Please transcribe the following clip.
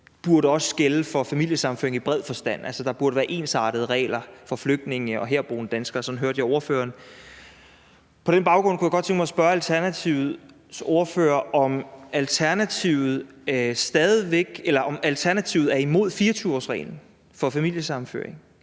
burde gælde for familiesammenføring i bred forstand, altså at der burde være ensartede regler for flygtninge og herboende danskere. Sådan hørte jeg ordføreren sige det. På den baggrund kunne jeg godt tænke mig at spørge Alternativets ordfører, om Alternativet er imod 24-årsreglen for familiesammenføring.